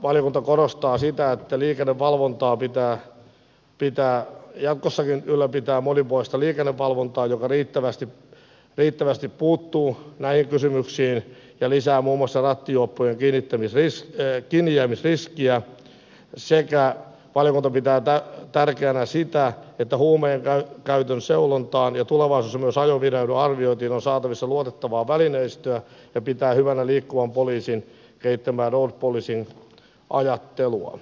valiokunta korostaa sitä että liikennevalvontaa pitää jatkossakin ylläpitää monipuolista liikennevalvontaa joka riittävästi puuttuu näihin kysymyksiin ja lisää muun muassa rattijuoppojen kiinnijäämisriskiä sekä valiokunta pitää tärkeänä sitä että huumeiden käytön seulontaan ja tulevaisuudessa myös ajovireyden arviointiin on saatavissa luotettavaa välineistöä ja pitää hyvänä liikkuvan poliisin kehittämää road policing ajattelua